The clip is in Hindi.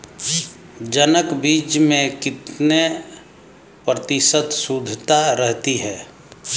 जनक बीज में कितने प्रतिशत शुद्धता रहती है?